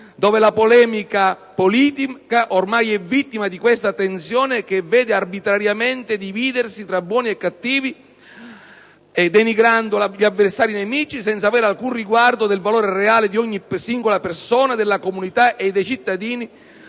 dove la polemica politica ormai è vittima di questa tensione che vede arbitrariamente la divisione tra buoni e cattivi e la denigrazione degli avversari-nemici senza avere alcun riguardo per il valore reale di ogni singola persona, della comunità e dei cittadini,